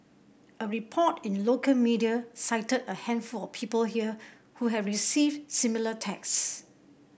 a report in local media cited a handful of people here who have received similar text